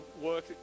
work